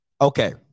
Okay